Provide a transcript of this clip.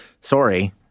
Sorry